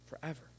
forever